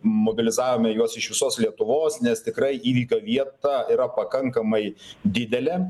mobilizavome juos iš visos lietuvos nes tikrai įvykio vieta yra pakankamai didelė